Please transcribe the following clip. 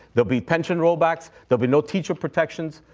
there'll be pension rollbacks. there'll be no teacher protections.